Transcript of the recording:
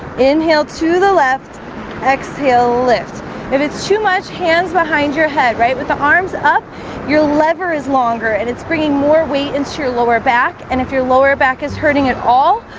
inhale to the left exhale lift if it's too much hands behind your head right with the arms up your lever is longer and it's bringing more weight into your lower back and if your lower back is hurting at all,